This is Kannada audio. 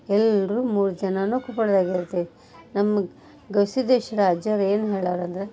ಎಲ್ಲರೂ ಮೂರು ಜನರೂ ಕೊಪ್ಪಳದಾಗೇ ಇರ್ತೀವಿ ನಮಗೆ ಗವಿ ಸಿದ್ದೇಶ್ವರ ಅಜ್ಜೋರು ಏನು ಹೇಳ್ಯಾರಂದ್ರೆ